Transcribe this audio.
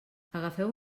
agafeu